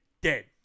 dead